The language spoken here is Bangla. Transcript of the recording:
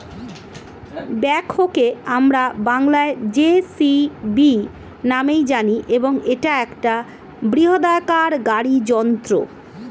ব্যাকহোকে আমরা বংলায় জে.সি.বি নামেই জানি এবং এটা একটা বৃহদাকার গাড়ি যন্ত্র